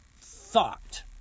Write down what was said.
thought